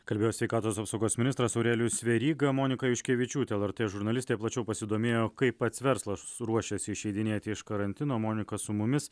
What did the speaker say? kalbėjo sveikatos apsaugos ministras aurelijus veryga monika juškevičiūtė lrt žurnalistė plačiau pasidomėjo kaip pats verslas ruošiasi išeidinėti iš karantino monika su mumis